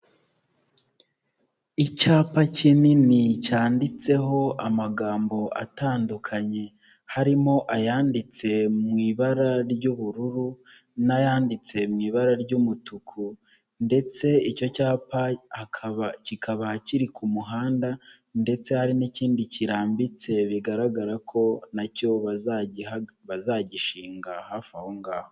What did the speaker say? Icyapa kinini cyanditseho amagambo atandukanye, harimo ayanditse mubibara ry'ubururu n'ayanditse mu ibara ry'umutuku. Ndetse icyo cyapa akaba kikaba kiri ku muhanda ndetse hari n'ikindi kirambitse, bigaragara ko nacyo bazagishinga hafi aho ngaho.